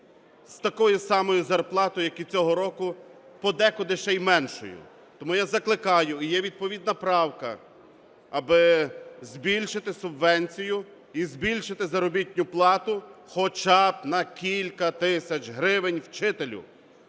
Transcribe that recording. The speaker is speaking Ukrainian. з такою самою зарплатою як і цього року, подекуди ще й меншою. Тому я закликаю, і є відповідна правка, аби збільшити субвенцію і збільшити заробітну плату хоча б на кілька тисяч гривень вчителю